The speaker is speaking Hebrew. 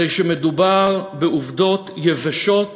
הרי שמדובר בעובדות יבשות